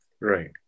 Right